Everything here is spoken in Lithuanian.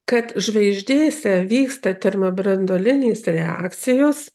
kad žvaigždėse vyksta termobranduolinės reakcijos